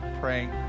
praying